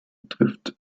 trifft